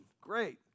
great